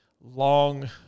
long